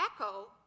echo